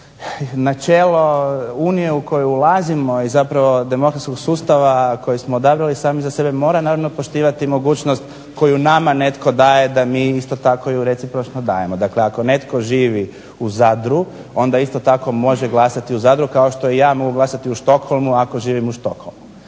načelo Unije u koje ulazimo je zapravo demokratskog sustava koji smo odabrali sami za sebe mora naravno poštivati i mogućnost koju nama netko daje da mi isto tako ju recipročno dajemo. Dakle, ako netko živi u Zadru onda isto tako možete glasati u Zadru kao što i ja mogu glasati u Stockholmu ako živim u Stockholmu.